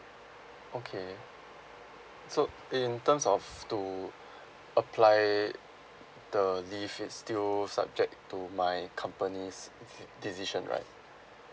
okay so in terms of to apply the leave it's still subject to my company's de~ decision right